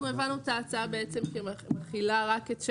אנחנו הבנו את ההצעה בעצם כך שהיא מחילה רק את הנושא